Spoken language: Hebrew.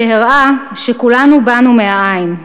שהראה שכולנו באנו מהאין,